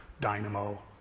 Dynamo